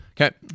Okay